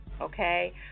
okay